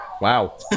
Wow